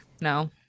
No